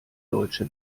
deutsche